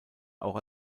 auch